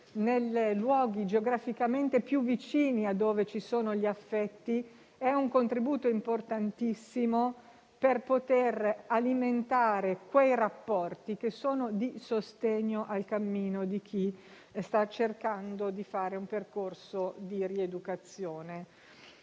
nei luoghi geograficamente più vicini a dove ci sono gli affetti è un contributo importantissimo per poter alimentare quei rapporti che sono di sostegno al cammino di chi sta cercando di fare un percorso di rieducazione.